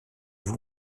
vous